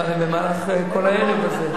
אני רואה אותך במהלך כל הערב הזה.